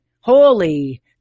Holy